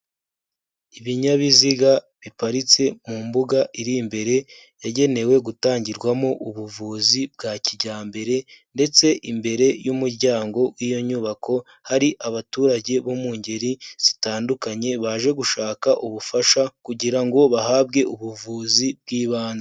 Ibinyabiziga biparitse mu mbuga iri imbere yagenewe, gutangirwamo ubuvuzi bwa kijyambere ndetse imbere y'umuryango w'iyo nyubako hari abaturage bo mu ngeri zitandukanye, baje gushaka ubufasha kugira ngo bahabwe ubuvuzi bw'ibanze.